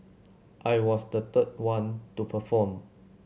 I was the third one to perform